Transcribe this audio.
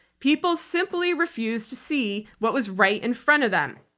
people simply refused to see what was right in front of them.